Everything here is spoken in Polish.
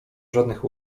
żadnych